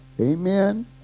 Amen